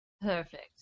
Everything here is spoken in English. Perfect